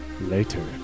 later